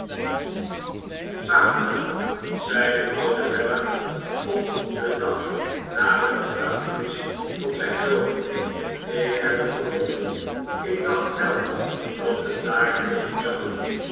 samuel zei de oude weller op den dag na de begrafenis tot zijn zoon ik heb het gevonden ik dacht wel dat het daar liggen zou